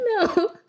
No